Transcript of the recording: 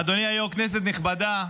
אדוני היושב-ראש, כנסת נכבדה,